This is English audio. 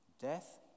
death